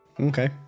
Okay